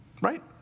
Right